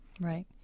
Right